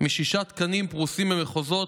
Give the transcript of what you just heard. משישה תקנים הפרוסים במחוזות,